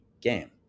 game